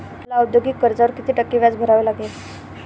मला औद्योगिक कर्जावर किती टक्के व्याज भरावे लागेल?